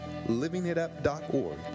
livingitup.org